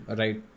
right